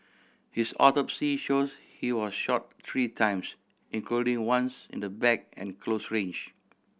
his autopsy shows he was shot three times including once in the back at close range